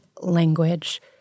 language